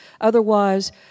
Otherwise